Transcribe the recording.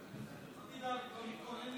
שהם מתמודדים עם האנושות.